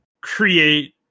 create